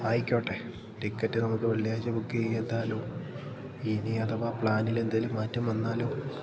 ആയിക്കോട്ടെ ടിക്കറ്റ് നമുക്ക് വെള്ളിയാഴ്ച്ച ബുക്ക് ചെയ്താലോ ഇനി അഥവാ പ്ലാനിലെന്തേലും മാറ്റം വന്നാലോ